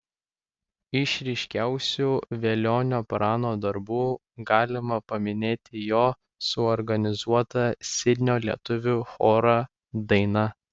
iš ryškiausių velionio prano darbų galima paminėti jo suorganizuotą sidnio lietuvių chorą daina